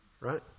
right